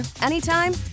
anytime